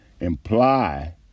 imply